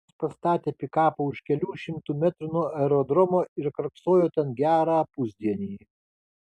jis pastatė pikapą už kelių šimtų metrų nuo aerodromo ir karksojo ten gerą pusdienį